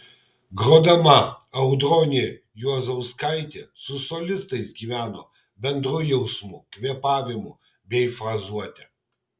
grodama audronė juozauskaitė su solistais gyveno bendru jausmu kvėpavimu bei frazuote